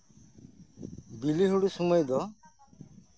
ᱵᱤᱞᱤ ᱦᱩᱲᱩ ᱥᱚᱢᱚᱭ ᱫᱚ